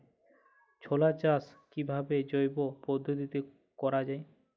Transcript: ছোলা চাষ কিভাবে জৈব পদ্ধতিতে করা যায়?